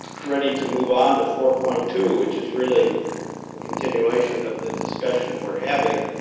ready to move on to four point two, which is really a continuation of the discussion we're having,